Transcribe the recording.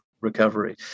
recovery